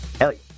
Ellie